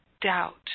doubt